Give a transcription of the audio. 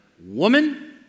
Woman